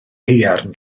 haearn